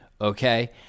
Okay